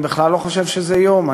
אני בכלל לא חושב שזה איום.